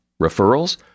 Referrals